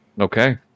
Okay